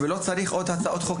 זאת העמדה שלנו,